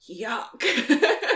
yuck